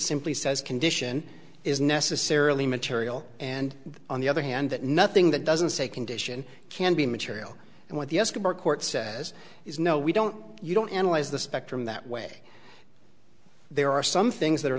simply says condition is necessarily material and on the other hand that nothing that doesn't say condition can be material and what the escobar court says is no we don't you don't analyze the spectrum that way there are some things that are